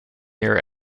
year